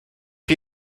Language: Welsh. chi